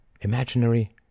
imaginary